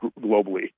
globally